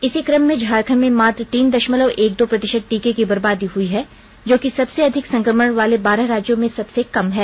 इसी क्रम में झारखंड में मात्र तीन द ामलव एक दो प्रति ात टीके की बर्बादी हुई है जो कि सबसे अधिक संक्रमण वाले बारह राज्यों में सबसे कम है